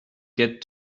get